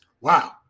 wow